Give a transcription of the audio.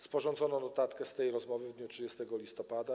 Sporządzono notatkę z tej rozmowy w dniu 30 listopada.